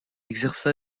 exerça